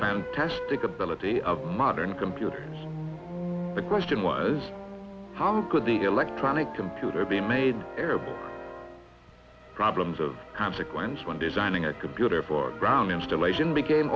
fantastic ability of modern computers the question was how could the electronic computer be made arable problems of consequence when designing a computer for ground installation became